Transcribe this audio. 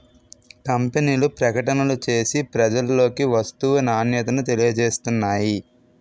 కంపెనీలు ప్రకటనలు చేసి ప్రజలలోకి వస్తువు నాణ్యతను తెలియజేస్తున్నాయి